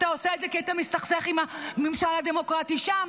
אתה עושה את זה כי אתה מסתכסך עם הממשל הדמוקרטי שם,